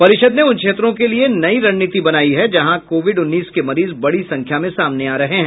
परिषद ने उन क्षेत्रों के लिये नई रणनीति बनाई है जहां कोविड उन्नीस के मरीज बड़ी संख्या में सामने आ रहे हैं